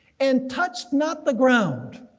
and touched not the ground.